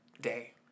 day